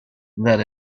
that